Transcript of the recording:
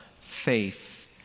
faith